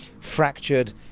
fractured